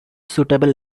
suitable